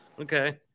Okay